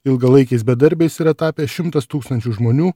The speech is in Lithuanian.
ilgalaikiais bedarbiais yra tapę šimtas tūkstančių žmonių